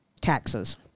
taxes